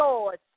Lord